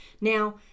Now